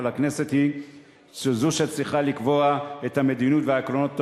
הכנסת היא זו שצריכה לקבוע את המדיניות והעקרונות,